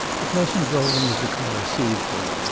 the pleasant rolling of the car soothed him.